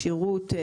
כשירות,